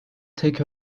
tek